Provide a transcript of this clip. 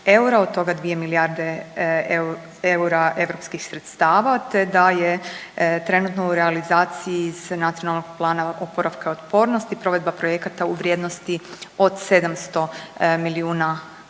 od toga 2 milijarde eura europskih sredstava te da je trenutno u realizaciji sa Nacionalnog plana oporavka i otpornosti provedba projekata u vrijednosti od 700 milijuna eura.